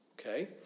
Okay